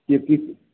क्योंकि